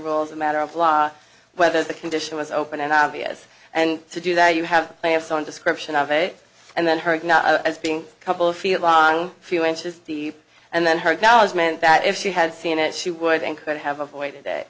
rule as a matter of law whether the condition was open and obvious and to do that you have to have some description of a and then her not being a couple of feet of on few inches deep and then her acknowledgement that if she had seen it she would and could have avoided